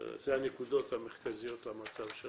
הנקודות המרכזיות למצב של